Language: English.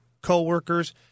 coworkers